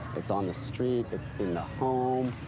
it's on the street. it's in the home.